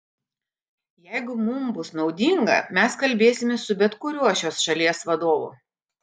jeigu mums bus naudinga mes kalbėsimės su bet kuriuo šios šalies vadovu